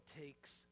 takes